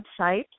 website